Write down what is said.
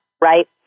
right